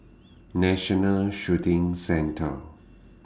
National Shooting Centre